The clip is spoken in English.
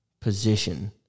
position